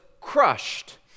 crushed